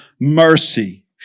mercy